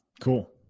Cool